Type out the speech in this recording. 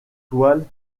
toile